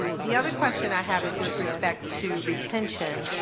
and the other question i have is with respect to retention.